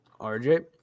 RJ